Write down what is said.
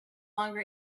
longer